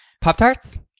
Pop-Tarts